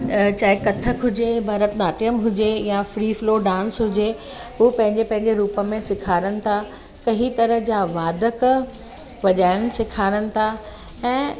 चाहे कथक हुजे भरतनाट्यम हुजे या फ्रीफ्लो डांस हुजे हू पंहिंजे पंहिंजे रूप में सेखारनि था त ही तरह जा वाधक वॼाइणु सेखारनि था ऐं